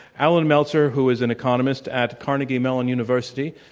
allan meltzer who is an economist at carnegie mellon university,